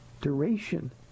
duration